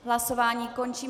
Hlasování končím.